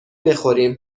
بخوریم